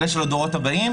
אלא של הדורות הבאים.